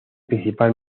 principal